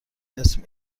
اسم